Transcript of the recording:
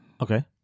Okay